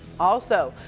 also,